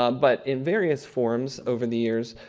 um but in various forms over the years,